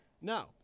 Now